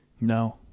No